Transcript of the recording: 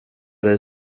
dig